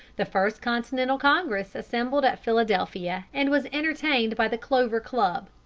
the first continental congress assembled at philadelphia and was entertained by the clover club.